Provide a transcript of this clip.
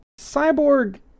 Cyborg